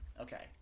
okay